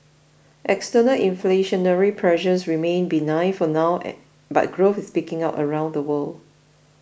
external inflationary pressures remain benign for now but growth is picking up around the world